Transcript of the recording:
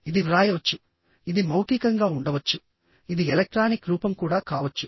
ఇది వ్రాయవచ్చు ఇది మౌఖికంగా ఉండవచ్చు ఇది ఎలక్ట్రానిక్ రూపం కూడా కావచ్చు